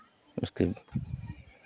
इसके